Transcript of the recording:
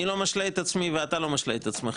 אני לא משלה את עצמי ואתה לא משלה את עצמך.